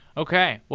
okay.